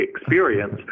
experience